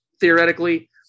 theoretically